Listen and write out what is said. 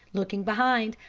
looking behind,